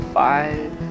five